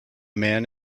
man